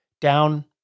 down